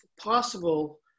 possible